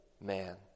man